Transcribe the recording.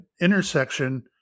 intersection